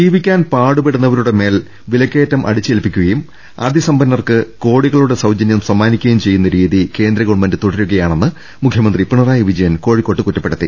ജീവിക്കാൻ പാടുപെടുന്നവരുടെമേൽ വിലക്കയറ്റം അടി ച്ചേൽപ്പിക്കുകയും അതിസമ്പന്നർക്ക് കോടികളുടെ സൌജന്യം സമ്മാനിക്കുകയും ചെയ്യുന്ന രീതി കേന്ദ്ര ഗവൺമെന്റ് തുട രുകയാണെന്ന് മുഖ്യമന്ത്രി പിണറായി വിജയൻ കോഴിക്കോട്ട് കുറ്റപ്പെടുത്തി